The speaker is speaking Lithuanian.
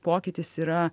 pokytis yra